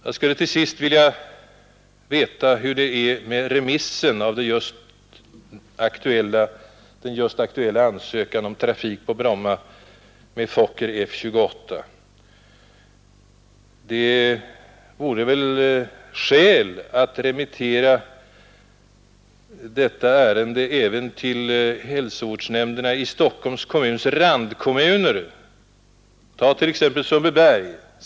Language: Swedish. Jag skulle till sist vilja veta, hur det är med remissen av den just aktuella ansökan om trafik på Bromma med Fokker F-28. Det vore väl skäl att remittera detta ärende även till hälsovårdsnämnderna i Stockholms kommuns randkommuner, t.ex. Sundbyberg.